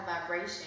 vibration